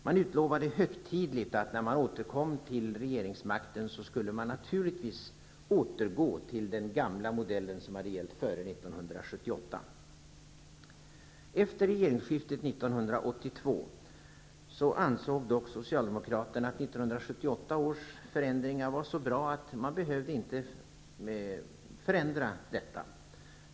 Man utlovade högtidligt att när man återkom till regeringsmakten, skulle man naturligtvis återgå till den gamla modell som hade gällt före 1978. Socialdemokraterna att 1978 års beslut var så bra att man inte behövde förändra detta.